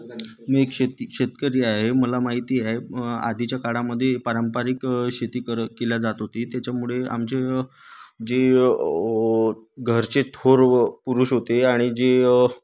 मी एक शेत शेतकरी आहे मला माहिती आहे आधीच्या काळामध्ये पारंपरिक शेती कर केली जात होती त्याच्यामुळे आमच्या जे घरचे थोर व पुरुष होते आणि जे